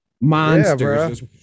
monsters